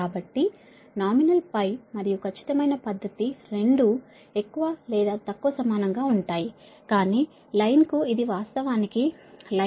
కాబట్టి నామినల్ π మరియు ఖచ్చితమైన పద్ధతి రెండూ ఎక్కువ లేదా తక్కువ సమానం గా ఉంటాయి కానీ లైన్ కు ఇది వాస్తవానికి లైన్ కు 235